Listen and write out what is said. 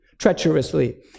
treacherously